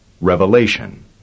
revelation